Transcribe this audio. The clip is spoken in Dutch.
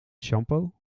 shampoo